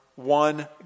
One